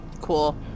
Cool